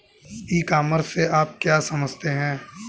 ई commerce से आप क्या समझते हैं?